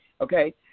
okay